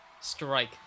Strike